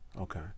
Okay